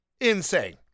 Insane